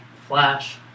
Flash